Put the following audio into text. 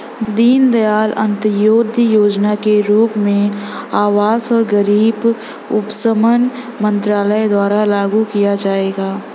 दीनदयाल अंत्योदय योजना के रूप में आवास और गरीबी उपशमन मंत्रालय द्वारा लागू किया जाएगा